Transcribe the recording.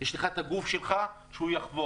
יש לך את הגוף שלך, שהוא ייחבט.